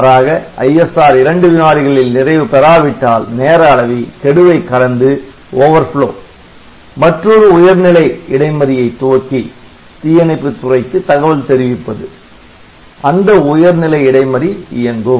மாறாக ISR இரண்டு வினாடிகளில் நிறைவு பெறாவிட்டால் நேர அளவி கெடுவை கடந்து மற்றொரு உயர்நிலை இடைமறியை துவக்கி தீயணைப்புத் துறைக்கு தகவல் தெரிவிப்பது அந்த உயர்நிலை இடைமறி இயங்கும்